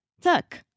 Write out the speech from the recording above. tuck